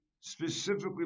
specifically